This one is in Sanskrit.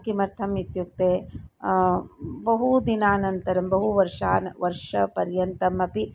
किमर्थम् इत्युक्ते बहुदिनानन्तरं बहु वर्षाणि वर्षपर्यन्तम् अपि